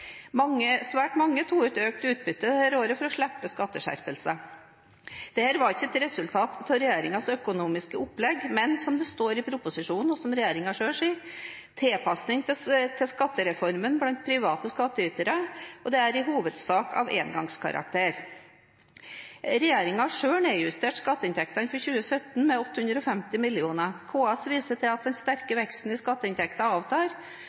mange tok ut økt utbytte dette året for å slippe skatteskjerpelser. Dette var ikke et resultat av regjeringens økonomiske opplegg, men – som det står i proposisjonen, og som regjeringen selv sier – «tilpasninger til skattereformen blant private skatteytere», og de er «i hovedsak av engangskarakter». Regjeringen selv nedjusterte skatteinntektene for 2017 med 850 mill. kr. KS viste til at den sterke veksten i skatteinntekter avtar,